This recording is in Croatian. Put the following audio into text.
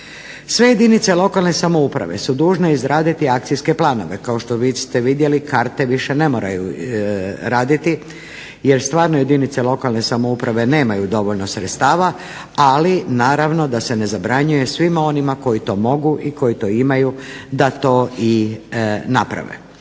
Sve jedinice lokalne samouprave su dužne izraditi akcijske planove. Kao što ste već vidjeli karte više ne moraju raditi, jer stvarno jedince lokalne samouprave nemaju dovoljno sredstava, ali naravno da se ne zabranjuje svima onima koji to mogu i koji to imaju da to i naprave.